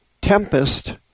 tempest